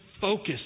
focus